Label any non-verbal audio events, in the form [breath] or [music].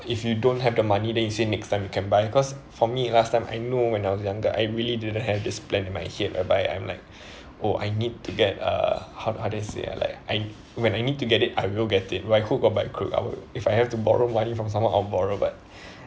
if you don't have the money then you say next time you can buy cause for me last time I know when I was younger I really didn't have this plan in my head whereby I'm like [breath] oh I need to get uh how~ how do I say uh like I when I need to get it I will get it by hook or by crook I will if I have to borrow money from someone I'll borrow but [breath]